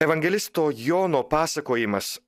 evangelisto jono pasakojimas